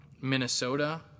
Minnesota